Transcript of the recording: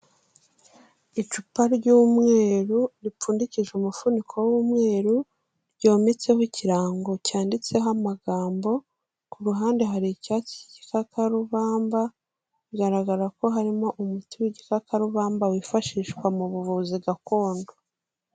Icupa ry'umweru ripfundikije umufuniko w'umweru, ryometseho ikirango cyanditseho amagambo, ku ruhande hari icyatsi cy'igikakarubamba bigaragara ko harimo umuti w'igikakarubamba wifashishwa mu buvuzi gakondo.